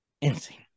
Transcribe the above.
insane